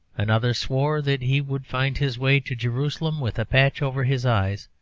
another swore that he would find his way to jerusalem with a patch over his eyes,